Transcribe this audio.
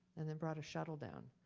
and then brought her shuttle down.